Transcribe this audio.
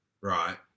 right